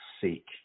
seek